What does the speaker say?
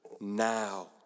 now